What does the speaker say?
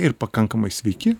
ir pakankamai sveiki